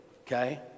okay